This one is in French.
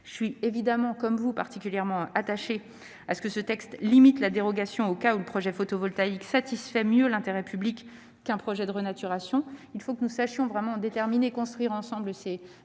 Je suis évidemment, tout comme vous, particulièrement attachée à ce que ce texte limite la dérogation aux cas où le projet photovoltaïque satisfait mieux l'intérêt public qu'un projet de renaturation. Il faut que nous sachions vraiment construire ensemble ces